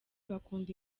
bakunda